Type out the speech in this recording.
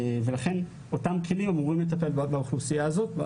לכן אותם כלים אמורים לטפל באוכלוסייה הזאת.